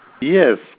Yes